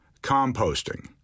Composting